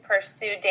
pursue